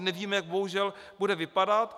Nevíme bohužel, jak bude vypadat.